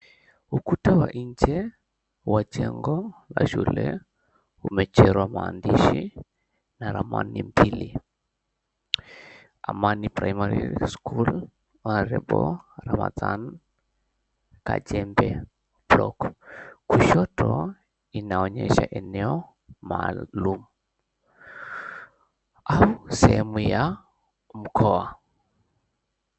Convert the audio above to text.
Ukuta wa nje wa jengo la shule umechorwa maandishi na ramani mbili. Amani Primary School Honorable Ramadhan Kajembe Block. Kushoto inaonyesha eneo maalum au sehemu ya mkoa.